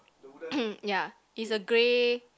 ya it's a grey